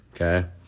Okay